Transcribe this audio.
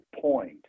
point